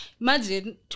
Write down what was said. imagine